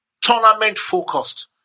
tournament-focused